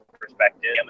perspective